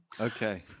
Okay